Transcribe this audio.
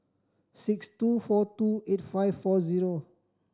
six two four two eight five four zero